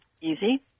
Easy